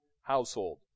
household